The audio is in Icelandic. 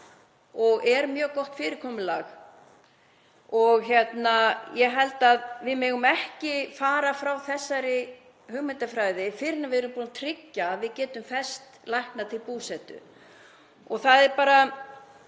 er mjög gott fyrirkomulag. Ég held að við megum ekki fara frá þessari hugmyndafræði fyrr en við erum búin að tryggja að við getum fest lækna til búsetu. Það er svo